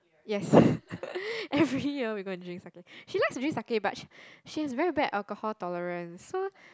yes every year we go and drink sake she likes to drink sake but she she has very bad alcohol tolerance so